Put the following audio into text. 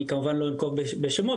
אני כמובן לא אנקוב בשמות,